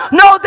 no